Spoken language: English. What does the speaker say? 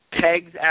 pegs